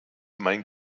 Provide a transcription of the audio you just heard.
mein